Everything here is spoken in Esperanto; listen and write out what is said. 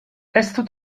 estu